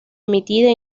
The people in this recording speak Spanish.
emitida